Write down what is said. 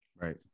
Right